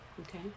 Okay